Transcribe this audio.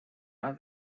are